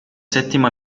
settima